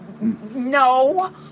No